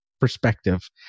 perspective